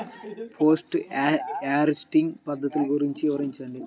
Post harvesting పద్ధతులు గురించి వివరించండి?